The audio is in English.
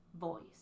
voice